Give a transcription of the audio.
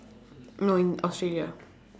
no in australia